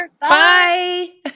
Bye